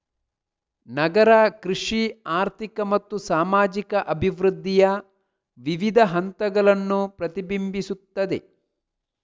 ನಗರ ಕೃಷಿ ಆರ್ಥಿಕ ಮತ್ತು ಸಾಮಾಜಿಕ ಅಭಿವೃದ್ಧಿಯ ವಿವಿಧ ಹಂತಗಳನ್ನು ಪ್ರತಿಬಿಂಬಿಸುತ್ತದೆ